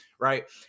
Right